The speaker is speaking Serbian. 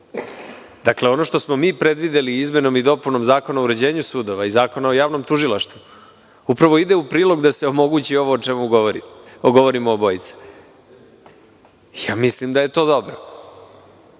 ono što smo mi predvideli izmenom i dopunom Zakona o uređenju sudova i Zakona o javnom tužilaštvu upravo ide u prilog da se omogući ovo o čemu govorimo obojica. Mislim da je to dobro.